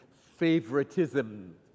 favoritism